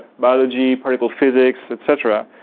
biology, particle physics, et cetera.